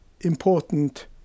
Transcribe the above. important